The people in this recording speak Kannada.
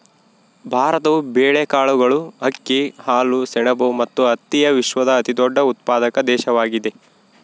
ಭಾರತವು ಬೇಳೆಕಾಳುಗಳು, ಅಕ್ಕಿ, ಹಾಲು, ಸೆಣಬು ಮತ್ತು ಹತ್ತಿಯ ವಿಶ್ವದ ಅತಿದೊಡ್ಡ ಉತ್ಪಾದಕ ದೇಶವಾಗಿದೆ